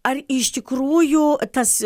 ar iš tikrųjų tas